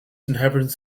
inhabitants